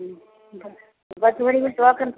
ம் பத்து மணிக்கு டோக்கன்